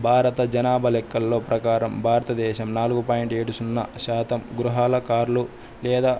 భారత జనాభా లెక్కల్లో ప్రకారం భారతదేశం నాలుగు పాయింట్ ఏడు సున్నా శాతం గృహాల కార్లు లేదా